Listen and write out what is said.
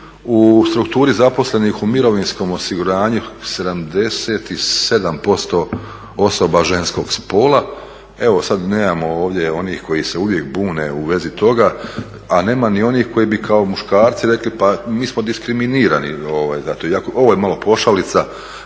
u strukturi zaposlenih u mirovinskom osiguranju 77% osoba ženskog spola. Evo sad nemamo ovdje onih koji se uvijek bune u vezi toga, a nema ni onih koji bi kao muškarci rekli pa mi smo diskriminirani za to. Ovo je malo pošalica.